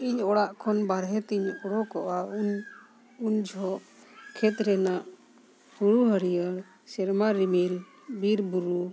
ᱤᱧ ᱚᱲᱟᱜ ᱠᱷᱚᱱ ᱵᱟᱨᱦᱮ ᱛᱤᱧ ᱚᱰᱳᱠᱚᱜᱼᱟ ᱩᱱ ᱡᱚᱠᱷᱚᱱ ᱠᱷᱮᱛ ᱨᱮᱱᱟᱜ ᱦᱩᱲᱩ ᱦᱟᱹᱨᱭᱟᱹᱲ ᱥᱮᱨᱢᱟ ᱨᱤᱢᱤᱞ ᱵᱤᱨ ᱵᱩᱨᱩ